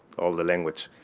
all the language.